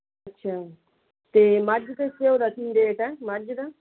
ਅੱਛਾ ਅਤੇ ਮੱਝ ਦੇ ਘਿਓ ਦਾ ਕੀ ਰੇਟ ਹੈ ਮੱਝ ਦਾ